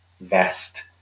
vest